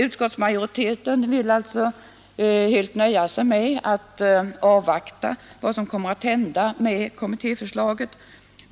Utskottsmajoriteten vill helt nöja sig med att avvakta vad som kommer att hända med kommittéförslaget.